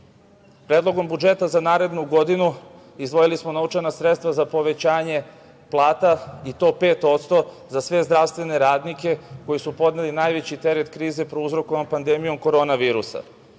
pažnju. Predlogom budžeta za narednu godinu izdvojili smo novčana sredstva za povećanje plata i to 5% za sve zdravstvene radnike koji su podneli najveći teret krize prouzrokovan pandemijom korona virusa,